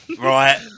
Right